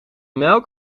melk